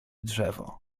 drzewo